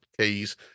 keys